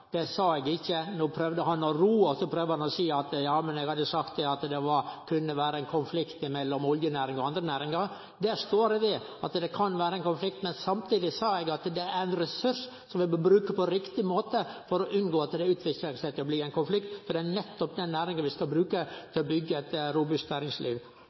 Det sa eg ikkje. No prøvde han å ro og seie at eg hadde sagt det kunne vere ein konflikt mellom oljenæringa og andre næringar. Det står eg ved – det kan vere ein konflikt. Samtidig sa eg at det er ein ressurs som vi bør bruke på riktig måte for å unngå at det utviklar seg til å bli ein konflikt, for det er nettopp den næringa vi skal bruke til å byggje eit robust næringsliv.